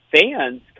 fans